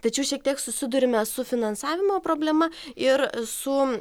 tačiau šiek tiek susiduriame su finansavimo problema ir su